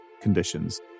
conditions